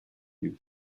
you